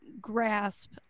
grasp